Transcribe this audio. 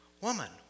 Woman